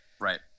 Right